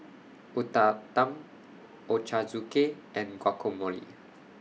Uthapam Ochazuke and Guacamole